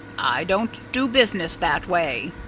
i don't do business that way,